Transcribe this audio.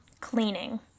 cleaning